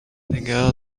girl